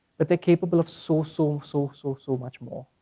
but they're capable of so, so, so so so much more.